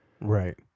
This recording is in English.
right